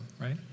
right